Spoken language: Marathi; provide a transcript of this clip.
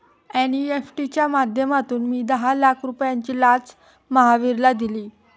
एन.ई.एफ.टी च्या माध्यमातून मी दहा लाख रुपयांची लाच महावीरला दिली